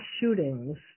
shootings